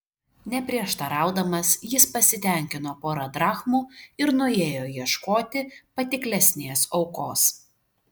neprieštaraudamas jis pasitenkino pora drachmų ir nuėjo ieškoti patiklesnės aukos